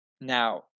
Now